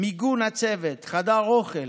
מיגון הצוות, חדר אוכל,